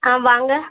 ஆ வாங்க